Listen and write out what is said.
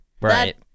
Right